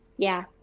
yeah,